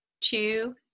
two